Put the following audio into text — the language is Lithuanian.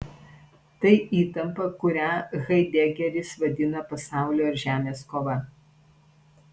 tai įtampa kurią haidegeris vadina pasaulio ir žemės kova